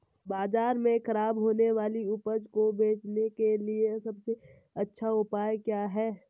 बाजार में खराब होने वाली उपज को बेचने के लिए सबसे अच्छा उपाय क्या हैं?